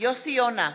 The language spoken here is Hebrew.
יוסי יונה,